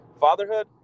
Fatherhood